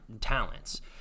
talents